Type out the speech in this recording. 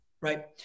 right